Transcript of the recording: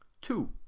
Two